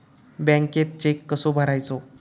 बँकेत चेक कसो भरायचो?